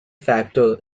factor